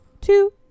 two